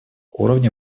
уровня